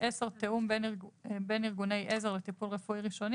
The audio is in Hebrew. (10)תיאום בין ארגוני עזר לטיפול רפואי ראשוני